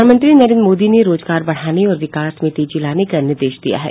प्रधानमंत्री नरेन्द्र मोदी ने रोजगार बढ़ाने और विकास मे तेजी लाने का निर्देश दिया है